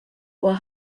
were